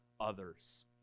others